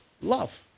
love